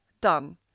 done